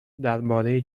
درباره